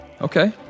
Okay